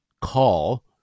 call